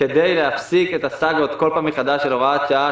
כדי להפסיק את הסאגות בכל פעם מחדש של הוראת שעה,